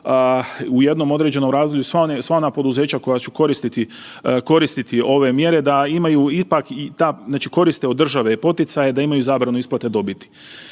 u jednom određenom razdoblju sva ona poduzeća koja će koristiti ove mjere da imaju ipak i ta, znači koriste od države poticaje da imaju zabranu isplate dobiti.